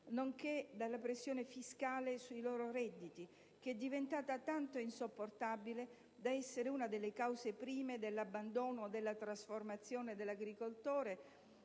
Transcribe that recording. nonché dalla pressione fiscale sul loro redditi, che è diventata tanto insopportabile da essere una delle cause prime dell'abbandono e della trasformazione dell'agricoltore